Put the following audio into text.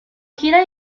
gira